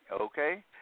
okay